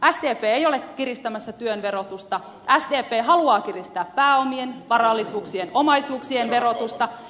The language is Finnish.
sdp ei ole kiristämässä työn verotusta sdp haluaa kiristää pääomien varallisuuksien omaisuuksien verotusta